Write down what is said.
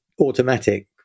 automatic